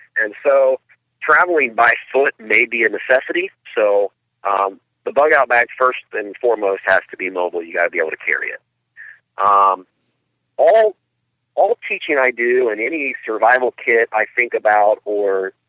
and so traveling by foot may be a necessity so um the bug-out bags first and foremost has to be mobile. you got to be able to carry it um all all teaching i do in any survival kit i think about or,